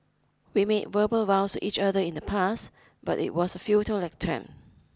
we made verbal vows each other in the past but it was a futile attempt